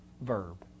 verb